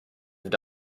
have